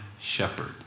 shepherd